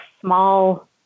small